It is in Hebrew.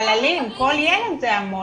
אנחנו --- אבל, אלין, כל ילד זה המון.